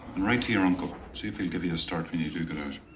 write to your uncle. see if he'll give you a start when you do get out.